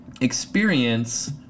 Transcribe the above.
experience